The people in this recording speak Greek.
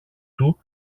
του